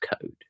code